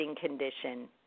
condition